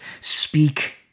speak